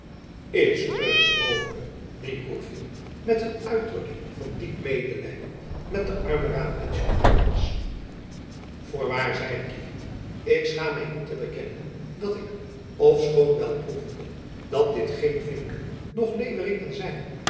is het mogelijk riep gourville met een uitdrukking van diep medelijden met den armen raadpensionaris voorwaar zeide kievit ik schaam my niet te bekennen dat ik ofschoon wel proevende dat dit geen vinken noch leeuwrikken zijn